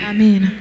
Amen